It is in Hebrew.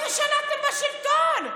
15 שנה אתם בשלטון.